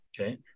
Okay